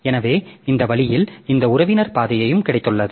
எனவே இந்த வழியில் இந்த உறவினர் பாதையும் கிடைத்துள்ளது